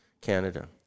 Canada